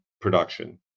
production